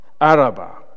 Arabah